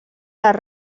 les